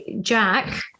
Jack